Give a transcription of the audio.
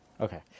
Okay